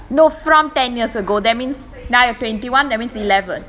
no from ten years ago that means now you're twenty one that means eleven